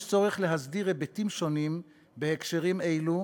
יש צורך להסדיר היבטים שונים בהקשרים אלו,